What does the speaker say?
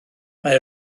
mae